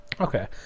Okay